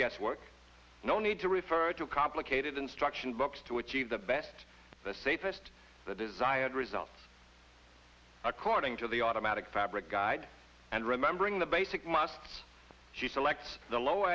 guesswork no need to refer to complicated instruction books to achieve the best the safest the desired results according to the automatic fabric guide and remembering the basic must she selects the low